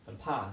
很怕